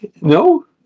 No